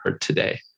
today